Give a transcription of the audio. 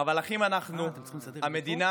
אבל אחים אנחנו, המדינה